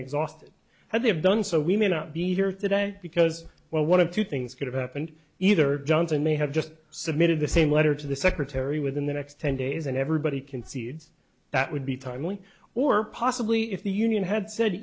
exhausted and they have done so we may not be here today because well one of two things could have happened either johnson may have just submitted the same letter to the secretary within the next ten days and everybody concedes that would be timely or possibly if the union had said